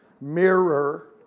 mirror